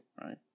right